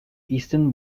eastern